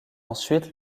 ensuite